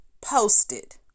posted